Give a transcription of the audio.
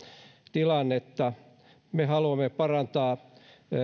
tilannetta me haluamme parantaa